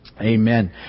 Amen